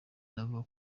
navuga